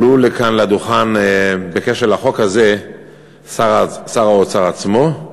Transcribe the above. עלו לכאן לדוכן בקשר לחוק הזה שר האוצר עצמו,